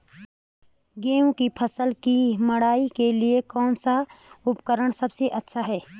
गेहूँ की फसल की मड़ाई के लिए कौन सा उपकरण सबसे अच्छा है?